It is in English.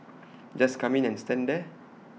just come in and stand there